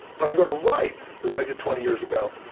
when i go to write as i did twenty years ago,